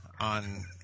on